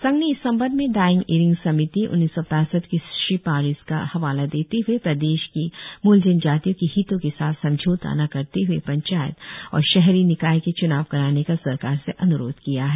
संघ ने इस संबंध में दायिंग इरिंग समिति उन्नीस सौ पैसठ की सिफारिश का हवाला देते हए प्रदेश की मूल जनजातियों के हितों के साथ समझौता न करते हुए पंचायत और शहरी निकाय के च्नाव कराने का सरकार से अन्रोध किया है